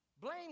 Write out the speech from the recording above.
blame